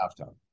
halftime